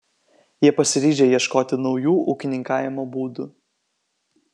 jie pasiryžę ieškoti naujų ūkininkavimo būdų